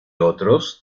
otros